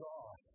God